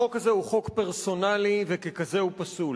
החוק הזה הוא חוק פרסונלי, וככזה הוא פסול,